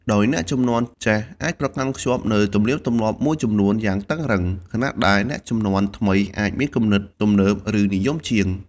ដោយអ្នកជំនាន់ចាស់អាចប្រកាន់ខ្ជាប់នូវទំនៀមទម្លាប់មួយចំនួនយ៉ាងតឹងរ៉ឹង ខណៈដែលអ្នកជំនាន់ថ្មីអាចមានគំនិតទំនើប ឬនិយមជាង។